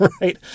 right